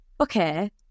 okay